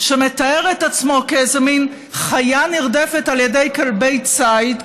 שמתאר את עצמו כאיזו מין חיה נרדפת על ידי כלבי ציד.